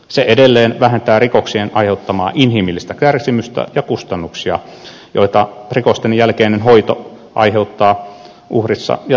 se edelleen vähentää rikoksien aiheuttamaa inhimillistä kärsimystä ja kustannuksia joita rikosten jälkeinen hoito aiheuttaa uhrissa ja tekijässä